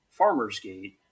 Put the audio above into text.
Farmersgate